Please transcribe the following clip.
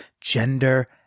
gender